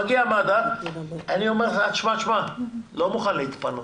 מגיע מד"א ואני אומר: אני לא מוכן להתפנות.